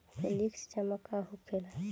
Flexi जमा का होखेला?